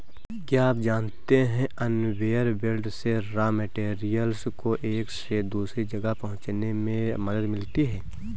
क्या आप जानते है कन्वेयर बेल्ट से रॉ मैटेरियल्स को एक से दूसरे जगह पहुंचने में मदद मिलती है?